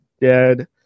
dead